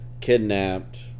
kidnapped